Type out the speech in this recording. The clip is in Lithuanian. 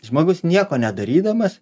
žmogus nieko nedarydamas